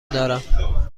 دارم